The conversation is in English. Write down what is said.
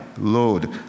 Lord